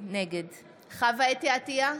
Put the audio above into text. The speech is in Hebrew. נגד חוה אתי עטייה,